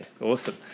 awesome